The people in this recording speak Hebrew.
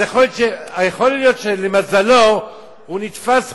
אז יכול להיות שלמזלו הוא נתפס פעמיים,